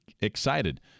excited